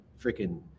freaking